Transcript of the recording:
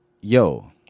yo